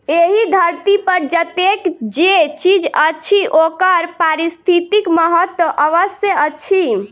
एहि धरती पर जतेक जे चीज अछि ओकर पारिस्थितिक महत्व अवश्य अछि